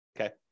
okay